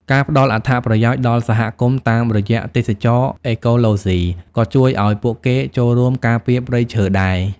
ការផ្តល់អត្ថប្រយោជន៍ដល់សហគមន៍តាមរយៈទេសចរណ៍អេកូឡូស៊ី ក៏ជួយឲ្យពួកគេចូលរួមការពារព្រៃឈើដែរ។